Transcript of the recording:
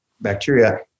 bacteria